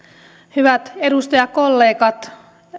hyvät edustajakollegat